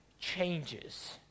changes